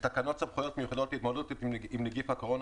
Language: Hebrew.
טיוטת תקנות סמכויות מיוחדות להתמודדות עם נגיף הקורונה